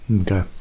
Okay